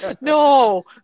No